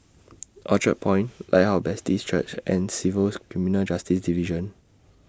Orchard Point Lighthouse Baptist Church and Civil's Criminal Justice Division